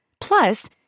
Plus